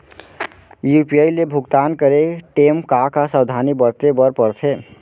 UPI ले भुगतान करे टेम का का सावधानी बरते बर परथे